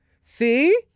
See